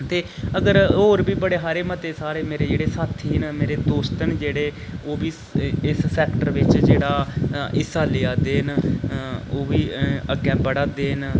ते अगर होर बी बड़े हारे मते सारे मेरे जेह्ड़े साथी न मेरे दोस्त न जेह्ड़े उब्भी इस सैक्टर बिच जेह्ड़ा हिस्सा लेआ दे न उब्भी अग्गें बढ़ा देन